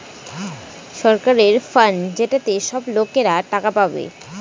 সরকারের ফান্ড যেটাতে সব লোকরা টাকা পাবে